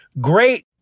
great